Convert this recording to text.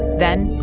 then.